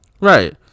Right